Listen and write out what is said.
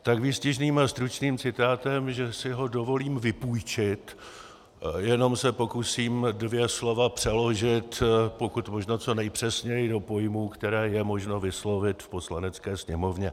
Tak výstižným a stručným citátem, že si ho dovolím vypůjčit, jenom se pokusím dvě slova přeložit pokud možno co nejpřesněji do pojmů, které je možno vyslovit v Poslanecké sněmovně.